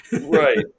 Right